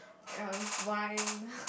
ya wine